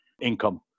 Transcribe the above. income